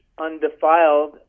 undefiled